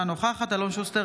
אינה נוכחת אלון שוסטר,